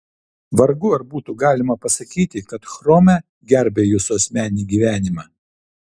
vargu ar būtų galima pasakyti kad chrome gerbia jūsų asmeninį gyvenimą